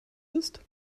ist